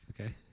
Okay